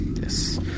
Yes